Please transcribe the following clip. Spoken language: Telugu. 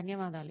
ధన్యవాదాలు